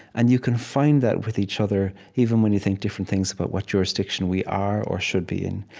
and you can find that with each other, even when you think different things about what jurisdiction we are or should be in.